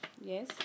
Yes